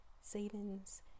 savings